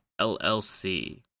LLC